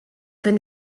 been